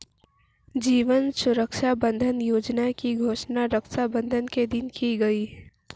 जीवन सुरक्षा बंधन योजना की घोषणा रक्षाबंधन के दिन की गई